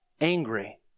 angry